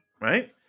right